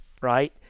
right